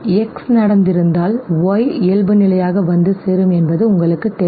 X நடந்திருந்தால் Y இயல்புநிலையாக வந்து சேரும் என்பது உங்களுக்குத் தெரியும்